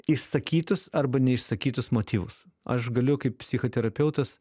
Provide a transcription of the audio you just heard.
išsakytus arba neišsakytus motyvus aš galiu kaip psichoterapeutas